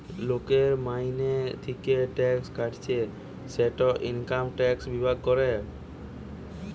লোকের মাইনে থিকে ট্যাক্স কাটছে সেটা ইনকাম ট্যাক্স বিভাগ করে